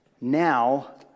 now